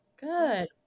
Good